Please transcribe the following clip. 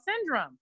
syndrome